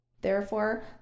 Therefore